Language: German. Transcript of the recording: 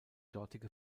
dortige